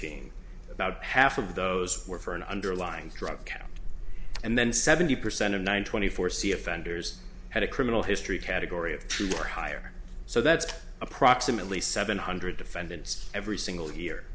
sixteen about half of those were for an underlying drug count and then seventy percent of nine twenty four c offenders had a criminal history category of true or higher so that's approximately seven hundred defendants every single year